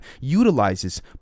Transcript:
utilizes